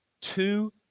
two